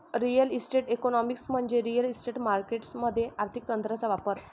real estate economics म्हणजे real estate markets मध्ये आर्थिक तंत्रांचा वापर